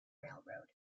railroad